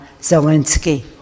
Zelensky